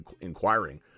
inquiring